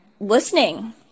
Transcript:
listening